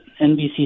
NBC